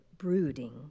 brooding